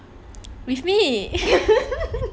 with me